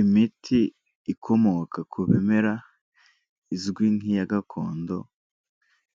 Imiti ikomoka ku bimera izwi nk'iya gakondo,